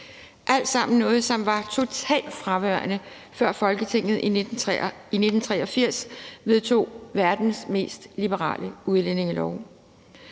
alt sammen noget, som var totalt fraværende, før Folketinget i 1983 vedtog verdens mest liberale udlændingelov.